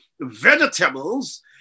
vegetables